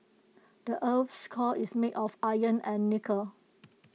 the Earth's core is made of iron and nickel